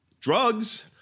drugs